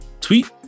Tweet